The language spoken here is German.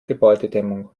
gebäudedämmung